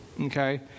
Okay